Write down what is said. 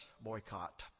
boycott